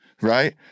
right